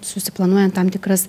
susiplanuojant tam tikras